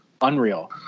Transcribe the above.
Unreal